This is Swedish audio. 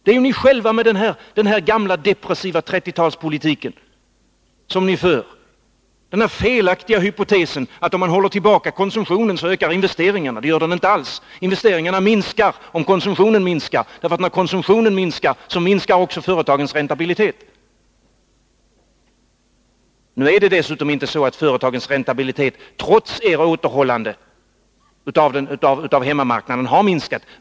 Det är ni själva som orsakat detta med den gamla depressiva 1930-talspolitik som ni för och med den felaktiga hypotesen att om man håller tillbaka konsumtionen så ökar investeringarna. Det gör de inte alls. Investeringarna minskar om konsumtionen minskar. Om konsumtionen minskar, så minskar också företagens räntabilitet. Nu är det dessutom inte så att företagens räntabilitet trots ett återhållande av hemmamarknaden har minskat.